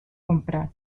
comprar